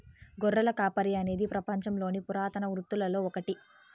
గొర్రెల కాపరి అనేది పపంచంలోని పురాతన వృత్తులలో ఒకటి